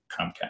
Comcast